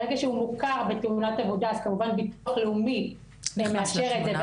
ברגע שהוא מוכר בתאונת עבודה אז כמובן ביטוח לאומי מאפשר את זה,